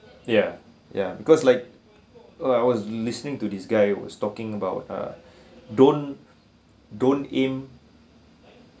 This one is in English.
ya ya because like uh I was listening to this guy was talking about uh don't don't aim